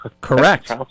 Correct